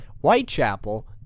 Whitechapel